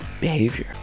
behavior